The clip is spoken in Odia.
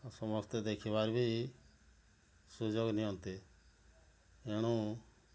ସମସ୍ତେ ଦେଖିବାରେ ବି ସୁଯୋଗ ନିଅନ୍ତେ ଏଣୁ